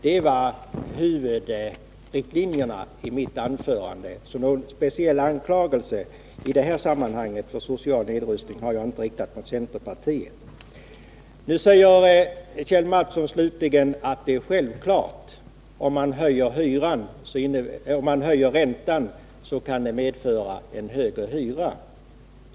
Det var huvudlinjerna i mitt anförande. Någon speciell anklagelse i det här sammanhanget för social nedrustning har jag inte riktat mot centerpartiet. Kjell Mattsson sade slutligen att det är självklart att om man höjer räntan så medför det högre hyra.